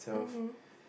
mmhmm